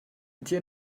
die